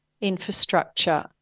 infrastructure